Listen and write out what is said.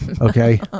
okay